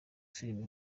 filime